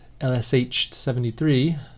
LSH-73